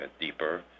deeper